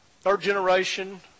third-generation